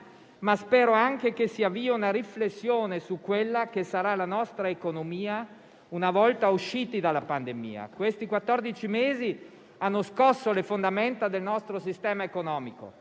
ma spero anche che si avvii una riflessione su quella che sarà la nostra economia una volta usciti dalla pandemia. Questi quattordici mesi hanno scosso le fondamenta del nostro sistema economico,